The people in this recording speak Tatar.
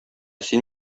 син